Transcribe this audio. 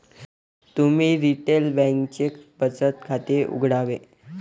तुम्ही रिटेल बँकेत बचत खाते उघडावे